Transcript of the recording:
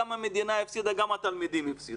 גם המדינה הפסידה, גם התלמידים הפסידו.